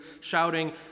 shouting